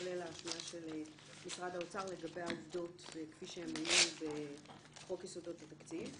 כולל משרד האוצר לגבי העובדות כפי שהן היו בחוק יסודות התקציב.